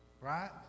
right